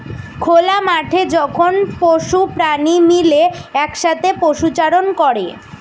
খোলা মাঠে যখন পশু প্রাণী মিলে একসাথে পশুচারণ করে